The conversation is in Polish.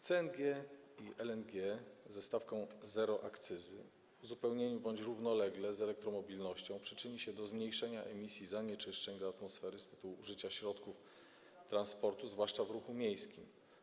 CNG i LNG z zerową stawką akcyzy w uzupełnieniu bądź równolegle z elektromobilnością przyczynią się do zmniejszenia emisji zanieczyszczeń do atmosfery z tytułu użycia środków transportu, zwłaszcza w ruchu miejskim.